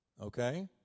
okay